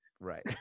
Right